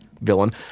villain